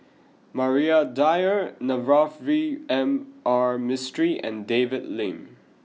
Maria Dyer Navroji R Mistri and David Lim